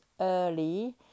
early